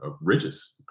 ridges